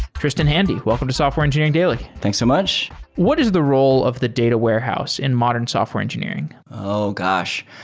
tristan handy, welcome to software engineering daily thanks so much what is the role of the data warehouse in modern software engineering? oh gosh!